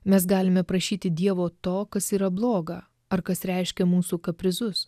mes galime prašyti dievo to kas yra bloga ar kas reiškia mūsų kaprizus